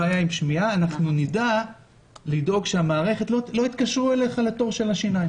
בעיה בשמיעה אנחנו נדע לדאוג שלא יתקשרו אליך לתור של השיניים.